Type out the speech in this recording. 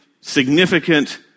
significant